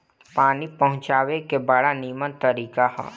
पानी पहुँचावे के बड़ा निमन तरीका हअ